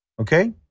Okay